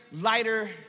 lighter